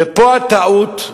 ופה הטעות,